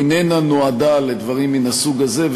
לא נועדה לדברים מהסוג הזה,